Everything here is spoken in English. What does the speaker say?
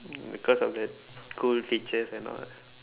because of the cool features and all